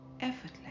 effortless